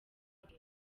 bwe